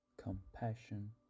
Compassion